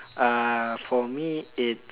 uh for me it's